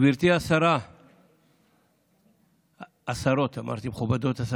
גברתי השרה, השרות, אמרתי: המכובדות.